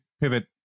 pivot